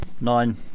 nine